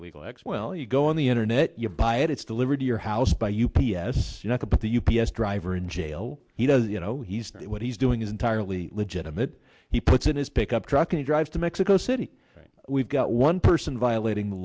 illegal acts well you go on the internet you buy it it's delivered to your house by u p s you talk about the u p s driver in jail he does you know he's what he's doing is entirely legitimate he puts in his pickup truck and drive to mexico city we've got one person violating